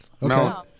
no